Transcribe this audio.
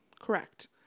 correct